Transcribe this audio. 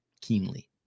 Keenly